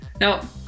Now